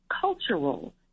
cultural